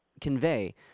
convey